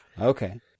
okay